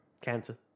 Cancer